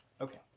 Okay